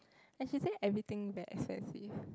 and she said everything very expensive